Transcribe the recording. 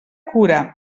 cura